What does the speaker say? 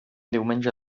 diumenge